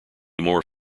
more